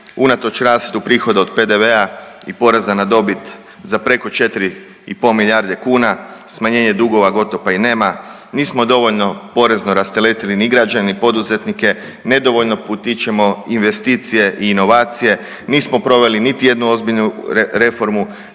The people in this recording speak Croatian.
unatoč rastu prihoda od PDV-a i poreza na dobit za preko 4,5 milijarde kuna, smanjenje dugova gotovo pa i nema, nismo dovoljno porezno rasteretili ni građane ni poduzetnike, nedovoljno potičemo investicije i inovacije, nismo proveli niti jednu ozbiljnu reformu,